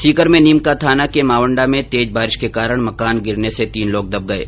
सीकर में नीम का थाना के मावंडा में तेज बारिश के कारण मकान गिरने से तीन लोग दब गये